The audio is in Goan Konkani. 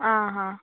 आ हा